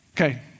Okay